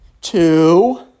two